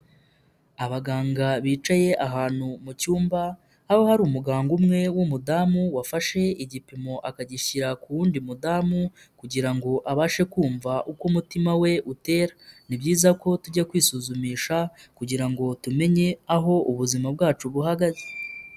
Abaganga bicaye ahantu mu cyumba aho hari umuganga umwe w'umudamu wafashe igipimo akagishyira ku wundi mudamu kugira ngo abashe kumva uko umutima we utera, ni byiza ko tujya kwisuzumisha kugira ngo tumenye aho ubuzima bwacu buhagaze.